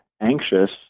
anxious